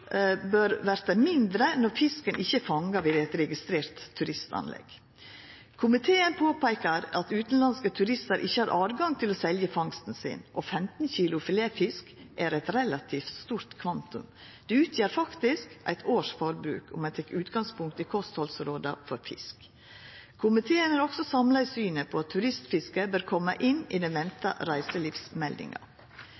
bør verta mindre når fisken ikkje er fanga ved eit registrert turistanlegg. Komiteen peikar på at utanlandske turistar ikkje har høve til å selja fangsten. 15 kilo filetfisk er eit relativt stort kvantum, det utgjer faktisk eit års forbruk om ein tek utgangspunkt i kosthaldsråda når det gjeld fisk. Komiteen er også samla i synet på at turistfiske bør koma inn i den